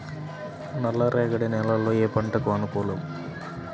నల్ల రేగడి నేలలు ఏ పంటకు అనుకూలం?